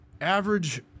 Average